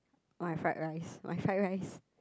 my fried rice my fried rice